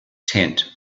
tent